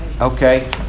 okay